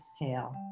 Exhale